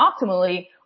optimally